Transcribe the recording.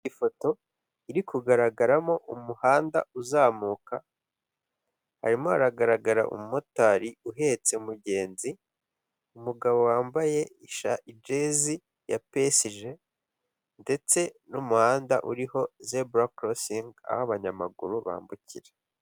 Ifoto iri kugaragaramo umuhanda uzamuka, harimo hagaragara umumotari uhetse mugenzi, umugabo wambaye isha jazi ya pesije ndetse n'umuhanda uriho zebura korosingi aho abanyamaguru bambukira.